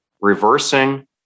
reversing